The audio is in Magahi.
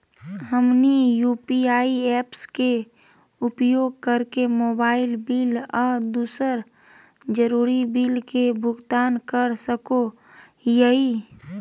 हमनी यू.पी.आई ऐप्स के उपयोग करके मोबाइल बिल आ दूसर जरुरी बिल के भुगतान कर सको हीयई